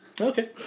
Okay